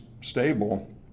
stable